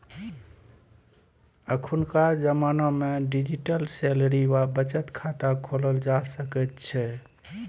अखुनका जमानामे digital salary वा बचत खाता खोलल जा सकैत छै